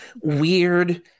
weird